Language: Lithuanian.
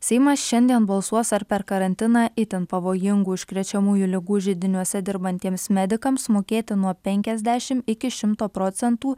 seimas šiandien balsuos ar per karantiną itin pavojingų užkrečiamųjų ligų židiniuose dirbantiems medikams mokėti nuo penkiasdešimt iki šimto procentų